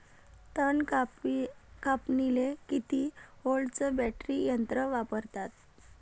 तन कापनीले किती व्होल्टचं बॅटरी यंत्र वापरतात?